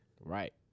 Right